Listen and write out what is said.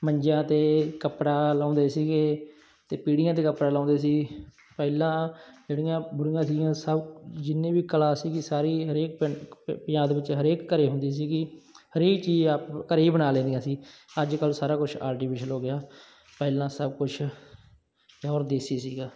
ਮੰਜਿਆਂ 'ਤੇ ਕੱਪੜਾ ਲਾਉਂਦੇ ਸੀਗੇ ਅਤੇ ਪੀੜੀਆਂ 'ਤੇ ਕੱਪੜਾ ਲਾਉਂਦੇ ਸੀ ਪਹਿਲਾਂ ਜਿਹੜੀਆਂ ਬੁੱਢੀਆਂ ਸੀਗੀਆਂ ਸਭ ਜਿੰਨੇ ਵੀ ਕਲਾ ਸੀਗੀ ਸਾਰੀ ਹਰੇਕ ਪਿੰਡ ਪੰਜਾਬ ਦੇ ਵਿੱਚ ਹਰੇਕ ਘਰੇ ਹੁੰਦੀ ਸੀਗੀ ਹਰੇਕ ਚੀਜ਼ ਆਪ ਘਰ ਹੀ ਬਣਾ ਲੈਂਦੀਆਂ ਸੀ ਅੱਜ ਕੱਲ੍ਹ ਸਾਰਾ ਕੁਛ ਆਰਟੀਫਿਸ਼ਲ ਹੋ ਗਿਆ ਪਹਿਲਾਂ ਸਭ ਕੁਛ ਪਿਓਰ ਦੇਸੀ ਸੀਗਾ